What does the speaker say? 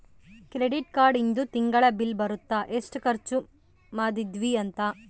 credit card ಇಂದು ತಿಂಗಳ bill ಬರುತ್ತ ಎಸ್ಟ ಖರ್ಚ ಮದಿದ್ವಿ ಅಂತ